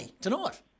tonight